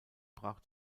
brach